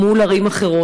מול ערים אחרות?